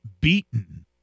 beaten